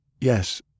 Yes